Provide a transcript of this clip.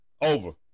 over